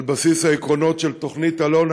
על בסיס העקרונות של תוכנית אלון,